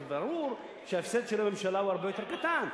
ברור שההפסד של הממשלה הוא הרבה יותר קטן,